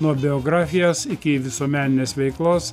nuo biografijos iki visuomeninės veiklos